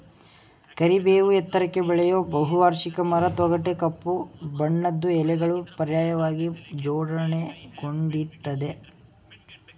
ಕರಿಬೇವು ಎತ್ತರಕ್ಕೆ ಬೆಳೆಯೋ ಬಹುವಾರ್ಷಿಕ ಮರ ತೊಗಟೆ ಕಪ್ಪು ಬಣ್ಣದ್ದು ಎಲೆಗಳು ಪರ್ಯಾಯವಾಗಿ ಜೋಡಣೆಗೊಂಡಿರ್ತದೆ